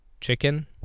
Chicken